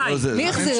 מי החזיר את זה?